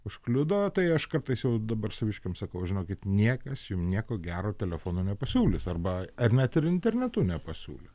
užkliudo tai aš kartais jau dabar saviškiam sakau žinokit niekas jum nieko gero telefonu nepasiūlys arba ar net ir internetu nepasiūlys